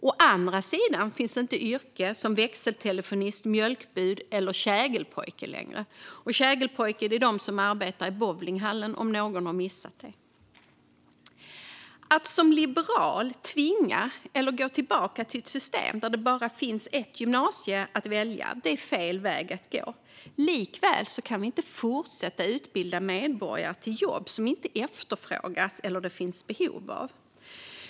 Å andra sidan finns inte yrken som växeltelefonist, mjölkbud eller kägelpojke längre. Kägelpojkar arbetade i bowlinghallar, om någon har missat det. Att som liberal tvinga fram eller gå tillbaka till ett system där det bara finns ett gymnasium att välja på är fel väg att gå. Likväl kan vi inte fortsätta att utbilda medborgare till jobb som inte efterfrågas eller som det inte finns behov av.